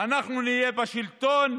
אנחנו נהיה בשלטון,